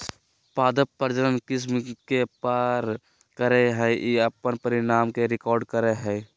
पादप प्रजनन किस्म के पार करेय हइ और अपन परिणाम के रिकॉर्ड करेय हइ